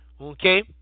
okay